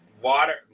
Water